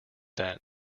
that